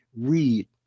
read